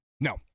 No